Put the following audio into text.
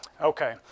Okay